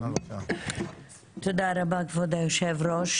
כבוד היושב-ראש.